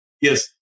Yes